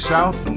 South